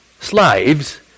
slaves